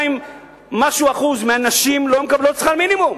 22% ומשהו מהנשים לא מקבלות שכר מינימום.